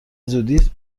زودی